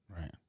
Right